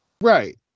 Right